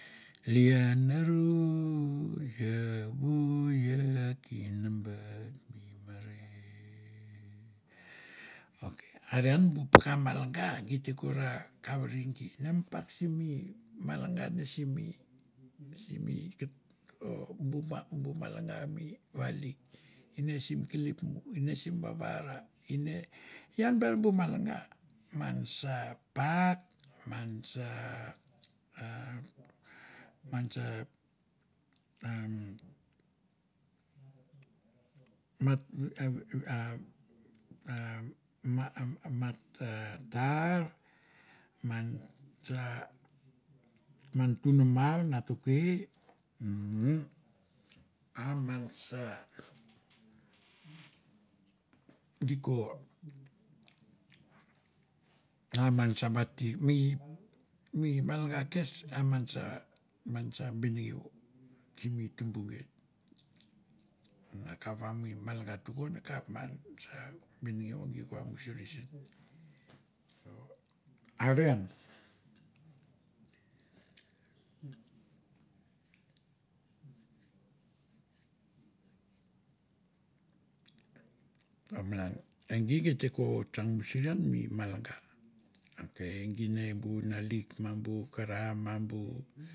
Lianaru u va u ia, kina bait mi mere" ok are ian bu paka malanga gei te ko ra kavre gi, ne pak simi malanga ne simi simi o bu ba malanga mi valik ine sim kalip, sim vavara ine ian ber bu malanga man sa pak, man sa a man sa umm mat av ev mat a tar, man sa man tu nu mar na tuke a man sa, di ko, a man sa ba ti, mi malanga kes a man sa man sa benengeu simi tumbu geit. Ma kap va mi malanga tukon akap man sa benengeu gi vamusuri sen. So are an, a malan e gi gi te ko tsang usuri an mi malanga ok e gi ne bu nalik ma bu kara ma bu.